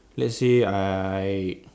let's say I